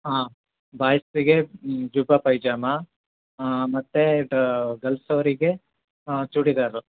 ಹಾಂ ಬಾಯ್ಸಿಗೆ ಜುಬ್ಬಾ ಪೈಜಾಮ ಹಾಂ ಮತ್ತೆ ಗರ್ಲ್ಸ್ ಅವರಿಗೆ ಹಾಂ ಚೂಡಿದಾರ